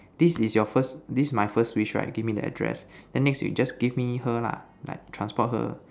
this is your first this is my first wish right give me the address then next wish give me her lah like transport her